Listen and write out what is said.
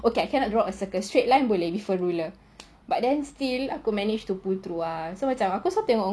okay I cannot draw a circle straight line boleh with a ruler but then still aku manage to pull through ah so macam aku selalu tengok